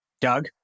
Doug